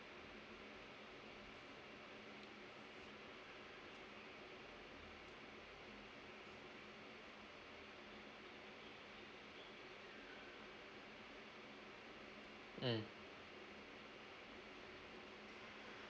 mm